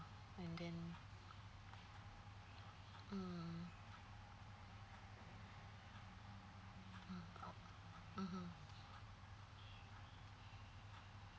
and then mm mm